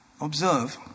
Observe